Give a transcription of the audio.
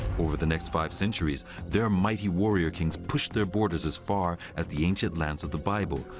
over the next five centuries, their mighty warrior kings pushed their borders as far as the ancient lands of the bible,